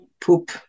poop